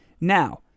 Now